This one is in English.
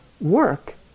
work